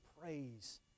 praise